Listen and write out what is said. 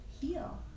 heal